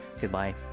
Goodbye